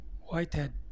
Whitehead